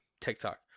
TikTok